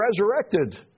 resurrected